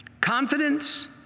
confidence